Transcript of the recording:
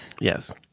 Yes